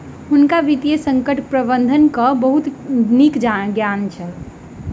हुनका वित्तीय संकट प्रबंधनक बहुत नीक ज्ञान छल